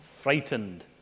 frightened